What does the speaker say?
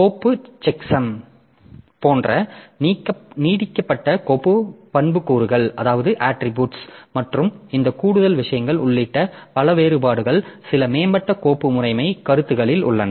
கோப்பு செக்சம் போன்ற நீட்டிக்கப்பட்ட கோப்பு பண்புக்கூறுகள் மற்றும் இந்த கூடுதல் விஷயங்கள் உள்ளிட்ட பல வேறுபாடுகள் சில மேம்பட்ட கோப்பு முறைமை கருத்துகளில் உள்ளன